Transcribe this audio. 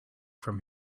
from